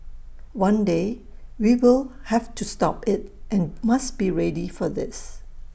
one day we will have to stop IT and must be ready for this